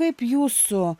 kaip jūsų